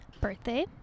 birthday